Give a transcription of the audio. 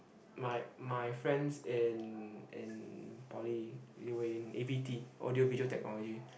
my my friends in in Poly they were in A_V_T audio visual technology